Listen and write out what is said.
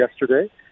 yesterday